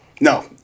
No